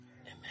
Amen